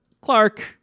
Clark